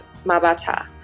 Mabata